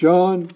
John